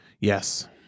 yes